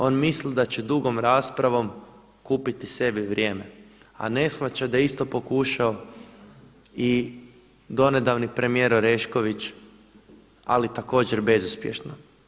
On misli da će dugom raspravom kupiti sebi vrijeme a ne shvaća da je isto pokušao i do nedavni premijer Orešković ali također bezuspješno.